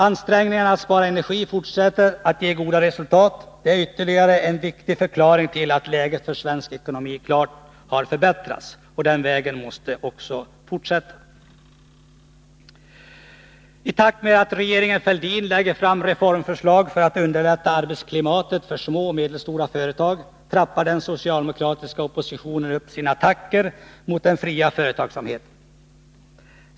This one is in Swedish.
Ansträngningarna att spara energi fortsätter att ge goda resultat. Det är ytterligare en viktig förklaring till att läget för svensk ekonomi klart har förbättrats. På den vägen måste vi fortsätta. I takt med att regeringen Fälldin lägger fram reformförslag för att underlätta arbetsklimatet för små och medelstora företag trappar den socialdemokratiska oppositionen upp sina attacker mot den fria företagsamheten.